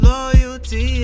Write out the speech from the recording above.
Loyalty